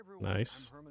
Nice